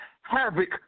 Havoc